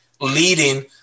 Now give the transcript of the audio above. leading